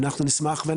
ואנחנו נשמח לקבל אותן.